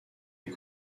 est